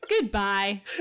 goodbye